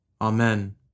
Amen